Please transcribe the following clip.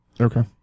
Okay